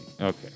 Okay